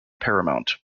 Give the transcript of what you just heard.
paramount